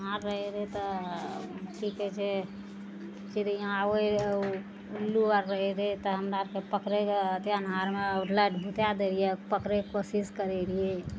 अन्हार रहै रहै तऽ की कहै छै चिड़ैयाँ आबै रहै उल्लू आर रहै रहै तऽ हमरा आरके पकड़ैके ओते अन्हारमे लाइट बुता दै रहियै पकड़ैके कोशिश करै रहियै